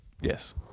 Yes